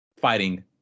fighting